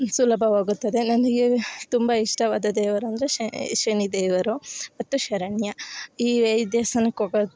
ಸುಲಭವಾಗುತ್ತದೆ ನನಗೆ ತುಂಬ ಇಷ್ಟವಾದ ದೇವರು ಅಂದರೆ ಶನಿ ದೇವರು ಮತ್ತು ಶರಣ್ಯ ಈ ದೇವಸ್ಥಾನಕ್ ಹೋಗೋದ್